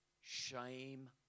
shame